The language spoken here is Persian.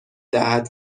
دهد